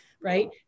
right